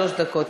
שלוש דקות.